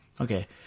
Okay